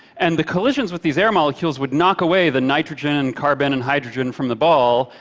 and the collisions with these air molecules would knock away the nitrogen, carbon and hydrogen from the ball,